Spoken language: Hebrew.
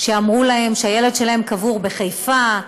שאמרו להם שהילד שלהם קבור בחיפה,